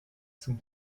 zum